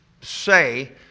say